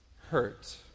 hurt